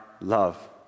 love